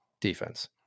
defense